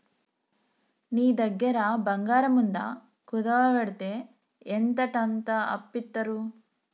నీ దగ్గర బంగారముందా, కుదువవెడ్తే ఎంతంటంత అప్పిత్తరు